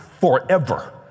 forever